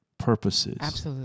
purposes